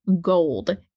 gold